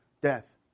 death